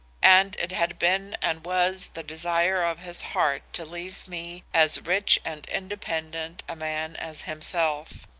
and it had been and was the desire of his heart to leave me as rich and independent a man as himself.